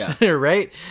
Right